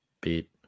beat